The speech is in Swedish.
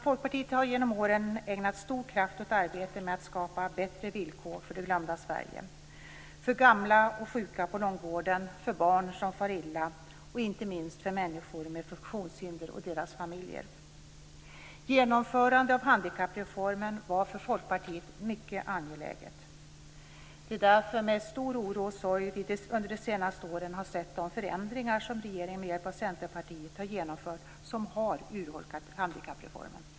Folkpartiet har genom åren ägnat stor kraft åt arbetet med att skapa bättre villkor för det glömda Sverige; för gamla och sjuka på långvården, för barn som far illa och inte minst för människor med funktionshinder och deras familjer. Folkpartiet mycket angeläget. Det är därför med stor oro och sorg som vi under de senaste åren har sett de förändringar som regeringen med hjälp av Centerpartiet har genomfört och som har urholkat handikappreformen.